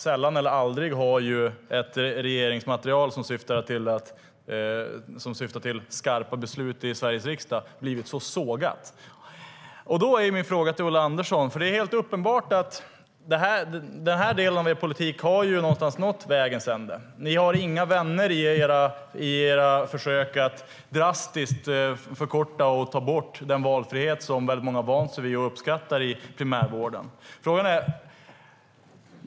Sällan eller aldrig har ett regeringsmaterial som syftar till skarpa beslut i Sveriges riksdag blivit så sågat. Det är helt uppenbart att denna del av er politik har nått vägs ände. Ni har inga vänner i era försök att drastiskt förkorta och ta bort den valfrihet som många har vant sig vid och uppskattar i primärvården.